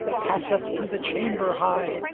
passeth to the chamber high,